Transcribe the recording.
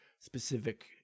specific